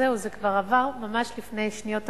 זהו, זה כבר עבר ממש לפני שניות אחדות.